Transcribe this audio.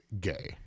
gay